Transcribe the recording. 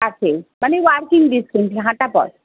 আছে মানে হাঁটা পথ